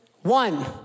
one